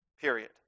Period